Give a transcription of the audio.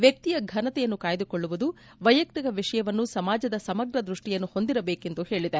ವ್ಯಕ್ತಿಯ ಘನತೆಯನ್ನು ಕಾಯ್ದುಕೊಳ್ಳುವುದು ವೈಯಕ್ತಿಕ ವಿಷಯವನ್ನು ಸಮಾಜದ ಸಮಗ್ರ ದೃಷ್ವಿಯನ್ನು ಹೊಂದಿರಬೇಕು ಎಂದು ಹೇಳದೆ